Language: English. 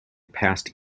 passed